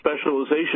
specialization